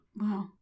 Wow